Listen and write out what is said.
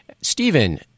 Stephen